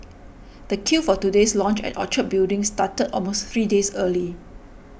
the queue for today's launch at Orchard Building started almost three days early